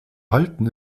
halten